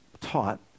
taught